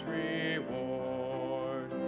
reward